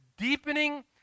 Deepening